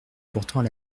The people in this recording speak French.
pourtant